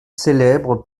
célèbre